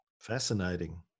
Fascinating